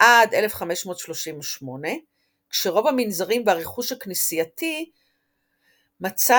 עד 1538 כשרוב המנזרים והרכוש הכנסייתי מצא